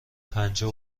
پنجاه